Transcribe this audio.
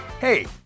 Hey